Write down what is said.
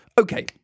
Okay